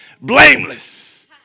blameless